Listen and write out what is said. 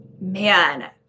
Man